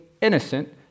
innocent